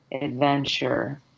adventure